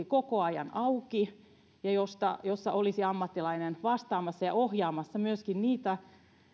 koko ajan auki ja jossa olisi ammattilainen vastaamassa ja ohjaamassa myöskin oikeaan paikkaan niitä